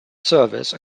service